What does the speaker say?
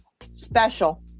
special